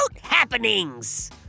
happenings